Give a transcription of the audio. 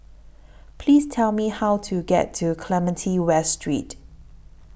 Please Tell Me How to get to Clementi West Street